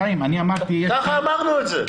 ככה אמרנו את זה.